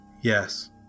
yes